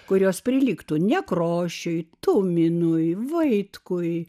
kurios prilygtų nekrošiui tuminui vaitkui